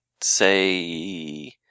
say